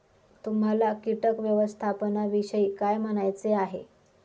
तुम्हाला किटक व्यवस्थापनाविषयी काय म्हणायचे आहे?